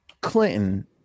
Clinton